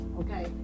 okay